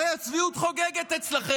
הרי הצביעות אצלכם.